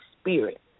spirit